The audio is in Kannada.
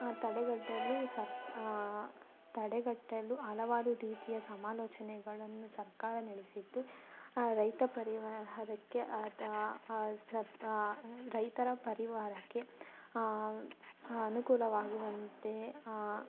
ತಡೆಗಟ್ಟಲು ಸರ್ಕ್ ತಡೆಗಟ್ಟಲು ಹಲವಾರು ರೀತಿಯ ಸಮಾಲೋಚನೆಗಳನ್ನು ಸರ್ಕಾರ ನಡೆಸಿದ್ದು ಆ ರೈತ ಪರಿವಾರಕ್ಕೆ ಸರ್ ರೈತರ ಪರಿವಾರಕ್ಕೆ ಅನುಕೂಲವಾಗುವಂತೆ